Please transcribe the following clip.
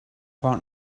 part